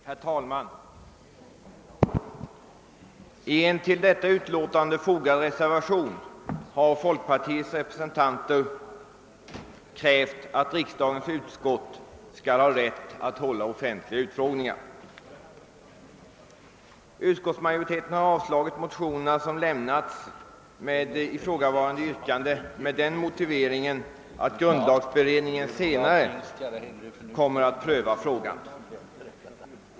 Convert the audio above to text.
Herr talman! I en vid förevarande utlåtande fogad reservation har folkpartiets ledamöter i konstitutionsutskottet krävt att riksdagens utskott skall ha rätt att hålla offentliga utfrågningar. Utskottsmajoriteten har avstyrkt de mo tioner som innehåller yrkanden av denna innebörd med den motiveringen att grundlagberedningen senare kommer att pröva frågan.